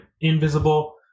invisible